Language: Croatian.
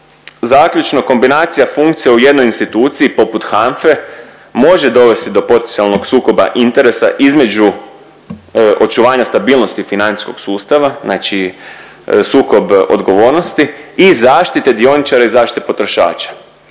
zaključno kombinacija funkcije u jednoj instituciji poput HAMFE može dovesti do potencijalnog sukoba interesa između očuvanja stabilnosti financijskog sustava, znači sukob odgovornosti i zaštite dioničara i zaštite potrošača.